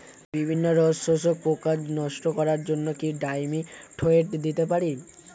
বিভিন্ন রস শোষক পোকা নষ্ট করার জন্য কি ডাইমিথোয়েট দিতে পারি?